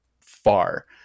far